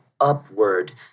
upward